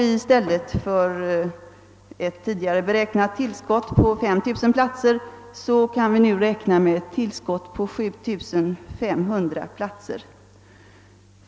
I stället för ett förut beräknat tillskott på 5 000:-platsér kan vi nu räkna med ett tillskott: på 7500 platser.